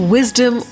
Wisdom